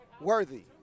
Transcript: worthy